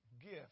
gift